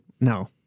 No